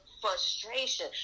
frustration